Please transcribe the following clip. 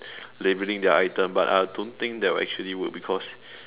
labelling their items but I don't think that will actually work because